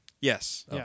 Yes